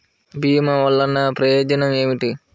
భీమ వల్లన ప్రయోజనం ఏమిటి?